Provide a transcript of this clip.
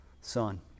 son